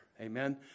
Amen